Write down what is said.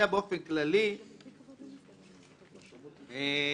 אני רוצה לנמק באופן כללי איזושהי אמירה.